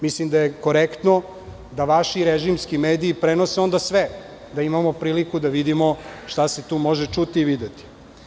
Mislim da je korektno da vaši režimski mediji prenose onda sve, da imamo priliku da vidimo šta se tu može čuti i videti.